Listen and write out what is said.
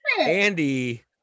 Andy